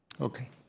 okay